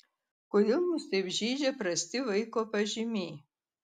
kodėl mus taip žeidžia prasti vaiko pažymiai